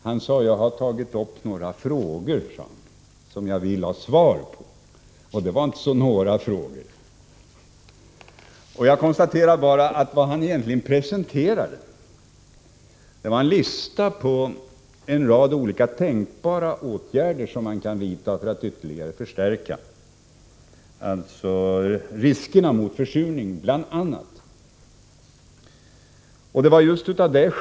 Han sade: Jag har ställt några frågor, som jag vill ha svar på. Det var inte bara ”några frågor”, utan vad han presenterade var egentligen en lista på en rad tänkbara åtgärder som man kan vidta för att ytterligare förstärka bl.a. skyddet mot försurningen.